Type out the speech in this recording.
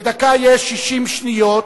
בדקה יש 60 שניות,